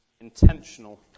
intentional